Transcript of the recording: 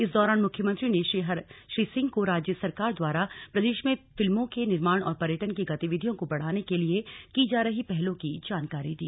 इस दौरान मुख्यमंत्री ने श्री सिंह को राज्य सरकार द्वारा प्रदेश में फिल्मों के निर्माण और पर्यटन की गतिविधियों को बढ़ाने के लिए की जा रही पहलों की जानकारी दी